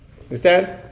Understand